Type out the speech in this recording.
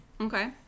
Okay